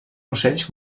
ocells